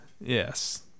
Yes